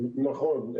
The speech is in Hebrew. נכון.